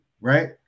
right